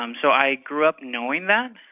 um so i grew up knowing that.